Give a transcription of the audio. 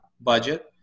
budget